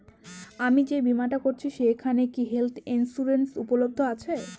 আমি যে বীমাটা করছি সেইখানে কি হেল্থ ইন্সুরেন্স উপলব্ধ আছে?